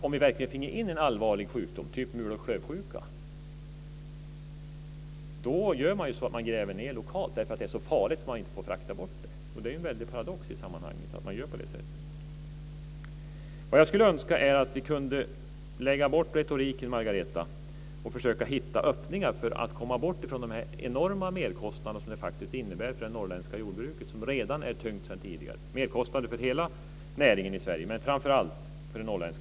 Om vi verkligen fick in en allvarlig sjukdom, t.ex. mul och klövsjuka, ska man gräva ned lokalt, eftersom sjukdomen är så farlig att man inte får frakta bort djuren. Det är en paradox i sammanhanget att göra så. Jag skulle önska att vi kunde lägga bort retoriken, Margareta Winberg, och försöka hitta öppningar för att komma bort från de enorma merkostnader som det innebär för det norrländska jordbruket som redan är tyngt sedan tidigare och för hela näringen i Sverige.